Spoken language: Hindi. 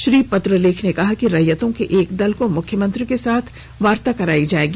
श्री पत्रलेख ने कहा कि रैयतों के एक दल को मुख्यमंत्री के साथ वार्ता कराई जाएगी